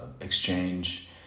exchange